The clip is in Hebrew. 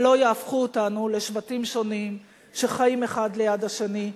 ולא יהפכו אותנו לשבטים שונים שחיים האחד ליד השני,